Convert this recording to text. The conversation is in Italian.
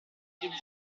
degli